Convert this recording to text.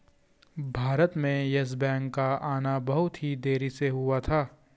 भारत में येस बैंक का आना बहुत ही देरी से हुआ था